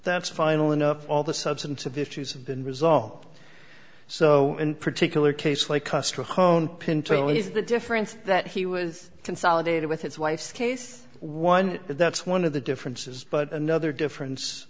that's final enough all the substantive issues have been resolved so in particular case like custer her own pinto is the difference that he was consolidated with his wife's case one that's one of the differences but another difference